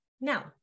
Now